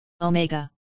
Omega